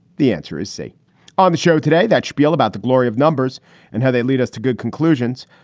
the answer is c on the show today. that spiel about the glory of numbers and how they lead us to good conclusions.